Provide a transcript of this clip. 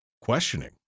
questioning